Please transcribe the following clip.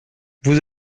vous